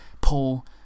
Paul